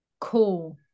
cool